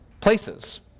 places